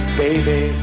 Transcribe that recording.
baby